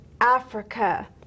Africa